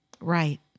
Right